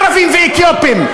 ערבים ואתיופים.